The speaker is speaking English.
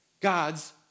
God's